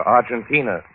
Argentina